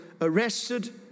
arrested